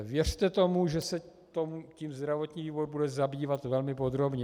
Věřte tomu, že se tím zdravotní výbor bude zabývat velmi podrobně.